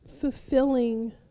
fulfilling